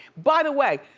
by the way,